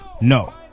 No